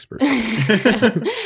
expert